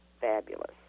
fabulous